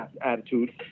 attitude